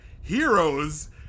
heroes